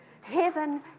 Heaven